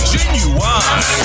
Genuine